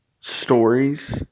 stories